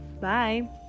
bye